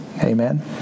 Amen